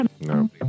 no